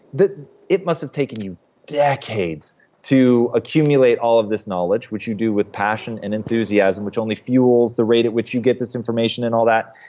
it must have taken you decades to accumulate all of this knowledge, which you do with passion and enthusiasm, which only fuels the rate at which you get this information and all that.